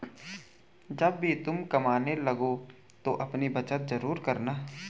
जब भी तुम कमाने लगो तो अपनी बचत जरूर करना